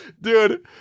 Dude